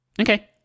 Okay